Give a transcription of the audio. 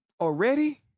already